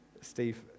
Steve